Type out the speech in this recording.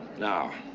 now.